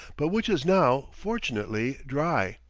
but which is now fortunately dry.